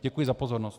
Děkuji za pozornost.